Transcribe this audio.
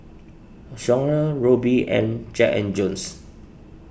Songhe Rubi and Jack and Jones